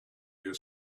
your